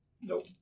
Nope